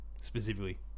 specifically